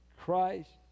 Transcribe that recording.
Christ